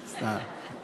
סתם.